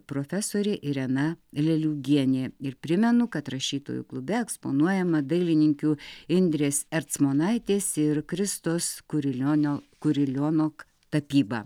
profesorė irena leliūgienė ir primenu kad rašytojų klube eksponuojama dailininkių indrės ercmonaitės ir kristos kurilionio kuriliono tapyba